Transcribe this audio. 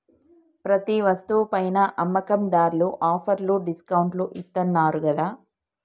ప్రతి వస్తువు పైనా అమ్మకందార్లు ఆఫర్లు డిస్కౌంట్లు ఇత్తన్నారు గదా